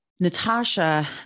Natasha